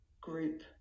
group